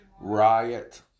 riot